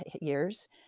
years